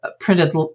printed